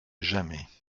jamais